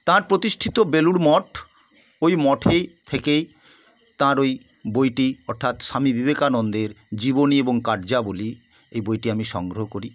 তাঁর প্রতিষ্ঠিত বেলুড় মঠ ওই মঠের থেকেই তাঁর ওই বইটি অর্থাৎ স্বামী বিবেকানন্দের জীবনী এবং কার্যাবলী এই বইটি আমি সংগ্রহ করি